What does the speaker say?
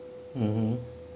mmhmm